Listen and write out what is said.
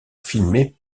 filmés